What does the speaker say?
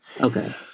Okay